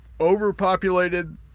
overpopulated